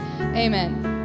amen